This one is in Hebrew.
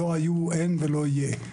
לא היו, אין ולא יהיו.